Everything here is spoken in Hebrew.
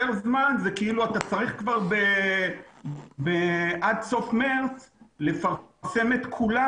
יותר זמן זה כאילו אתה צריך עד סוף מרץ לפרסם את כולם,